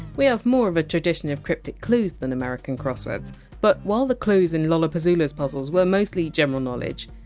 we have more of a tradition of cryptic clues than american crosswords but while the clues in lollapuzzoola! s puzzles were mostly general knowledge,